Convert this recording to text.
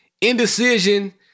Indecision